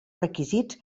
requisits